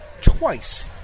twice